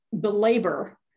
belabor